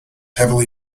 heavily